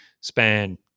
Span